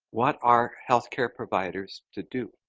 what are healthcare providers to do?